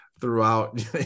throughout